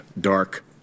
dark